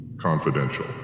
confidential